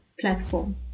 platform